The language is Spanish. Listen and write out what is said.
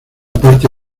parte